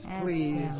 please